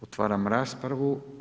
Otvaram raspravu.